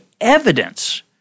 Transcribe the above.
evidence